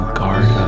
guard